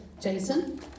Jason